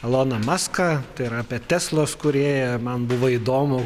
eloną muską tai yra apie teslos kurėją man buvo įdomu